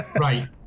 Right